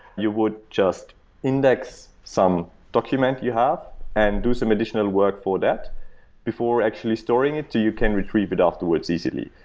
you would just index some document you have and do some additional work for that before actually storing it so you can retrieve it afterwards easily.